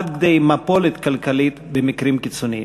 עד כדי מפולת כלכלית במקרים קיצוניים.